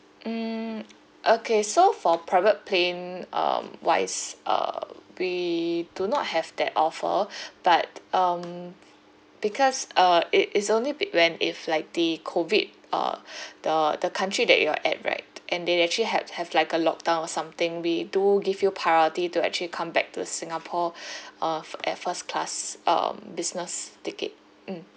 mm okay so for private plane um wise uh we do not have that offer but um because uh it is only bec~ when if like the COVID uh the the country that you are at right and they actually had have like a lockdown or something we do give you priority to actually come back to singapore uh fi~ at first class um business ticket mm